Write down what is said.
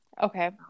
Okay